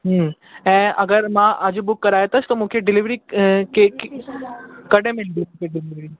हूं ऐं अगरि मां अॼु बुक कराइंदसि त मूंखे डिलेवरी कॾहिं मिलंदी हीअ डिलेवरी